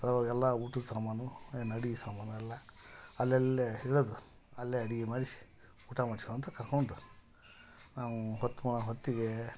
ಅದ್ರೊಳಗೆ ಎಲ್ಲ ಊಟದ ಸಾಮಾನು ಏನು ಅಡ್ಗೆ ಸಾಮಾನು ಎಲ್ಲ ಅಲ್ಲಲ್ಲೆ ಇಳಿದು ಅಲ್ಲೆ ಅಡ್ಗೆ ಮಾಡಿಸಿ ಊಟ ಮಾಡುಸು ಅಂತ ಕರ್ಕೊಂಡು ನಾವು ಹೋತ್ಕೊಳ ಹೊತ್ತಿಗೆ